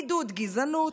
עידוד גזענות,